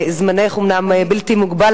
וזמנך אומנם בלתי מוגבל,